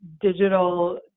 digital